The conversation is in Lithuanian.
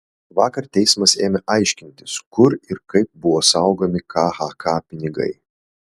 vakar teismas ėmė aiškintis kur ir kaip buvo saugomi khk pinigai